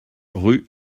rue